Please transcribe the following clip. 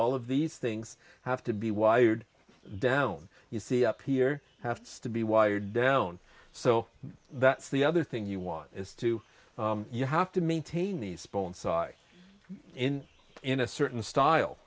all of these things have to be wired down you see up here have to be wire down so that's the other thing you want is to you have to maintain the spawn side in in a certain style